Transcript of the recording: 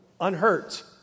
unhurt